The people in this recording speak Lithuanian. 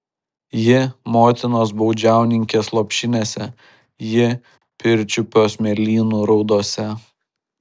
ji motinos baudžiauninkės lopšinėse ji pirčiupio smėlynų raudose